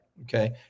okay